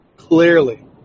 Clearly